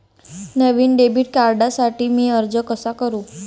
नवीन debit कार्डसाठी मी अर्ज कसा करू?